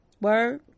Word